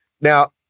Now